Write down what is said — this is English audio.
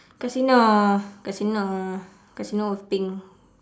casino casino casino with pink